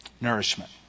Nourishment